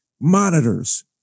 monitors